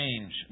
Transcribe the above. change